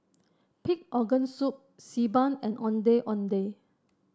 Pig Organ Soup Xi Ban and Ondeh Ondeh